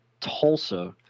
Tulsa